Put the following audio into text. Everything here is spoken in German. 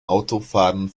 autofahrern